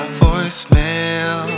voicemail